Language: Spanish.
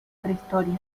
prehistoria